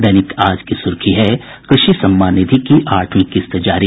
दैनिक आज की सुर्खी है कृषि सम्मान निधि की आठवीं किस्त जारी